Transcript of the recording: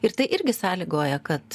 ir tai irgi sąlygoja kad